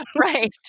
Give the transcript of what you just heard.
Right